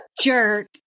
jerk